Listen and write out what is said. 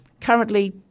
currently